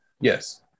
yes